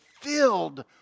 filled